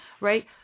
Right